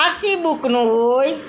RC book ન હોય